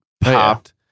popped